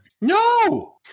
No